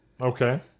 Okay